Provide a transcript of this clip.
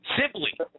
Simply